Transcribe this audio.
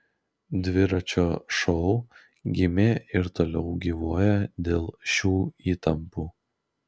dviračio šou gimė ir toliau gyvuoja dėl šių įtampų